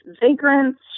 vagrants